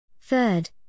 Third